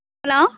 hello